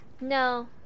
no